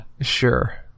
sure